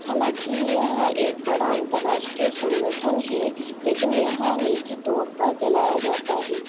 हालाँकि यह एक बड़ा अन्तर्राष्ट्रीय संगठन है लेकिन यह निजी तौर पर चलाया जाता है